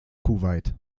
kuwait